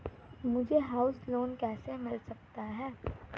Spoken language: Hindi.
मुझे हाउस लोंन कैसे मिल सकता है?